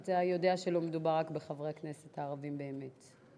אתה יודע שלא מדובר רק בחברי הכנסת הערבים, באמת.